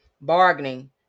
Bargaining